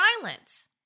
violence